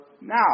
now